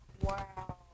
Wow